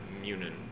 Munin